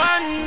One